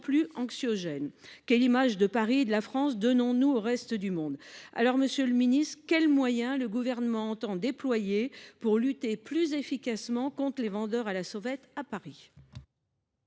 plus anxiogène. Quelle image de Paris et de la France donnons nous au reste du monde ? Monsieur le secrétaire d’État, quels moyens le Gouvernement entend il déployer pour lutter plus efficacement contre les vendeurs à la sauvette à Paris ?